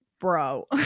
bro